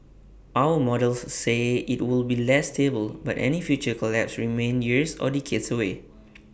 our models say IT will be less stable but any future collapse remains years or decades away